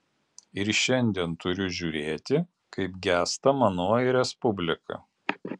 ir šiandien turiu žiūrėti kaip gęsta manoji respublika